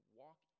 walk